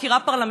הבעיה.